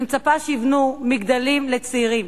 אני מצפה שיבנו מגדלים לצעירים.